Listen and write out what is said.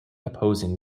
opposing